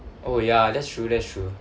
oh ya that's true that's true